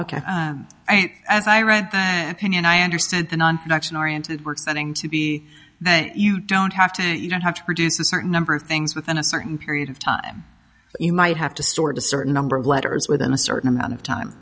as i read the union i understood the non production oriented work setting to be that you don't have to you don't have to produce a certain number of things within a certain period of time you might have to stored a certain number of letters within a certain amount of time